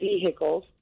vehicles